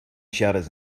shutters